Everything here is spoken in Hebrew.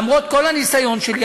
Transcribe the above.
למרות כל הניסיון שלי,